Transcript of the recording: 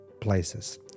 places